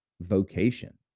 vocation